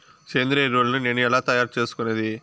సేంద్రియ ఎరువులని నేను ఎలా తయారు చేసుకునేది?